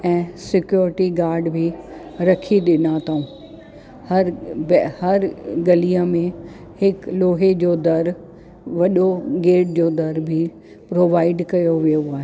ऐं security guard बि रखी ॾिना त अथऊं हर हर गलीअ में हिकु लोहे जो दर वॾो गेट जो दर बि प्रोवाइट कयो वियो आहे